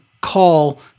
call